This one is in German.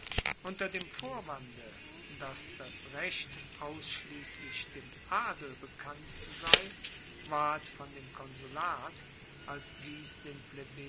unter dem vorwande dass das recht ausschliesslich dem adel bekannt sei ward von dem konsulat als dies den